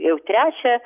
jau trečią